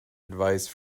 advice